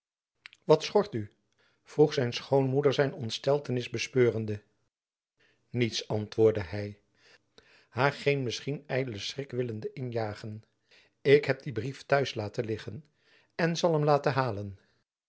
wat schort u vroeg zijn schoonmoeder zijn ontsteltenis bespeurende niets antwoordde hy haar geen misschien ydelen schrik willende aanjagen ik heb dien brief t'huis laten liggen en zal hem gaan halen